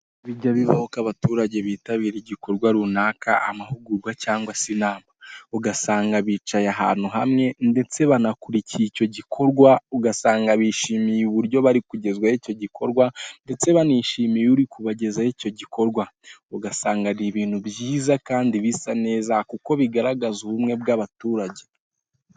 Bijya bibaho ko abaturage bitabira igikorwa runaka amahugurwa cyangwa se inama, ugasanga bicaye ahantu hamwe ndetse banakurikiye icyo gikorwa, ugasanga bishimiye uburyo bari kugezwaho icyo gikorwa. Ndetse banishimiye uri kubagezaho icyo gikorwa ugasanga ni ibintu byiza kandi bisa neza kuko bigaragaza ubumwe bw'abaturage.